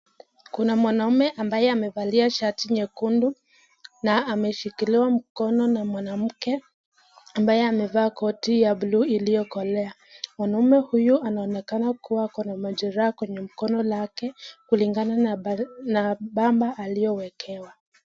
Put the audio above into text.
Kuna mwanaume ambaye amevalia shati nyekundu na ameshikiliwa mkono na mwanamke ambaye amevaa koti ya bluu iliyokolea. Mwanamme huyu anaonekana kuwa na majeraha kwenye mkono lake kulingana na pamba aliyowekewa .